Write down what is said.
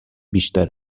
بیشتر